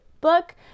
book